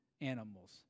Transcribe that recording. animals